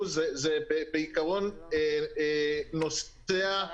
זה עבר תחת שבט הביקורת גם של הנציבות וגם של משרד המשפטים,